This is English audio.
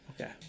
Okay